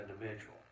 individual